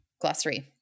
Glossary